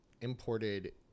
imported